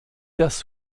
das